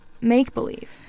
make-believe